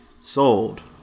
sold